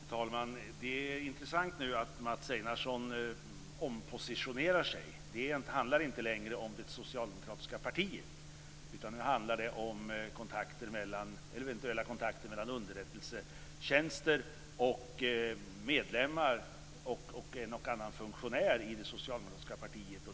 Fru talman! Det är intressant att Mats Einarsson nu ompositionerar sig. Det handlar inte längre om det socialdemokratiska partiet, utan nu handlar det om eventuella kontakter mellan underrättelsetjänster, medlemmar och en och annan funktionär i det socialdemokratiska partiet.